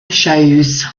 shows